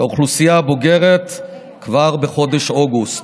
לאוכלוסייה הבוגרת כבר בחודש אוגוסט".